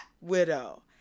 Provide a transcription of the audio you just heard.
widow